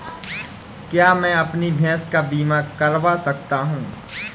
क्या मैं अपनी भैंस का बीमा करवा सकता हूँ?